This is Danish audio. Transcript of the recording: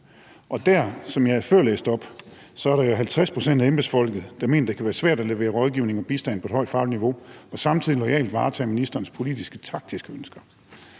Som jeg før læste op, er det jo 50 pct. af embedsfolkene, der mener, at det kan være svært at levere rådgivning og bistand på et højt fagligt niveau og samtidig loyalt varetage ministerens politisk-taktiske ønsker.